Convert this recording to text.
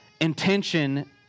intention